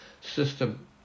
system